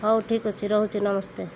ହଉ ଠିକ୍ ଅଛି ରହୁଛି ନମସ୍ତେ